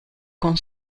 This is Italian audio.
con